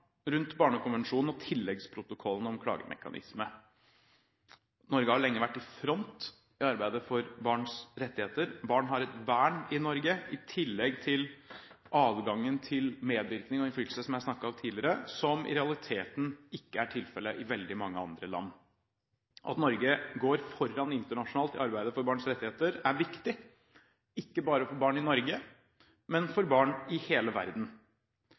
rundt Barnekonvensjonen og tilleggsprotokollen om klagemekanisme. Norge har lenge vært i front i arbeidet for barns rettigheter. Barn har et vern i Norge, i tillegg til adgangen til medvirkning og innflytelse, som jeg har snakket om tidligere, som i realiteten ikke er tilfellet i veldig mange andre land. At Norge går foran internasjonalt i arbeidet for barns rettigheter, er viktig, ikke bare for barn i Norge, men for barn i hele verden.